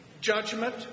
judgment